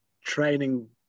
training